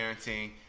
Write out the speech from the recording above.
parenting